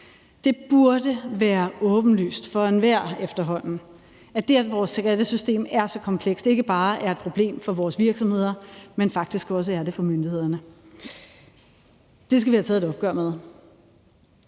efterhånden være åbenlyst for enhver, at det, at vores skattesystem er så komplekst, ikke bare er et problem for vores virksomheder, men faktisk også for myndighederne. Det skal vi have taget et opgør med.